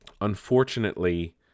Unfortunately